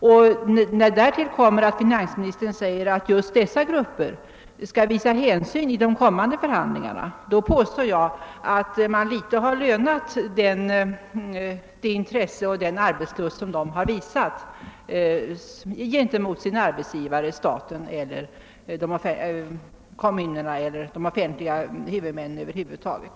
När därtill kommer att finansministern säger att just dessa grupper skall visa hänsyn i de kommande förhandlingarna, vill jag påstå att de föga har blivit lönade för sin arbetslust och för det intresse de visat sin arbetsgivare — staten, kommunerna eller offentliga arbetsgivare över huvud taget.